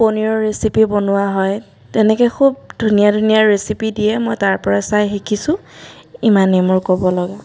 পনিৰৰ recipe বনোৱা হয় তেনেকৈ খুব ধুনীয়া ধুনীয়া ৰেচিপি দিয়ে মই তাৰ পৰা চাই শিকিছোঁ ইমানেই মোৰ ক'বলগা